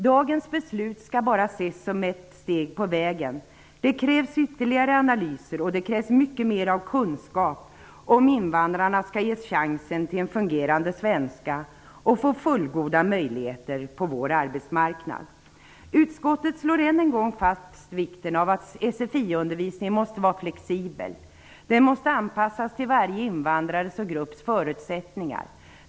Dagens beslut skall bara ses som ett steg på vägen. Det krävs ytterligare analyser och mer av kunskap om invandrarna skall ges chansen till en fungerande svenska och fullgoda möjligheter på vår arbetsmarknad. Utskottet slår än en gång fast vikten av att sfiundervisningen måste vara flexibel. Den måste anpassas till varje invandrares och grupps förutsättningar.